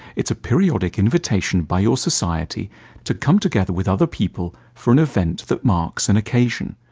it's a periodic invitation by your society to come together with other people for an event that marks an occasion,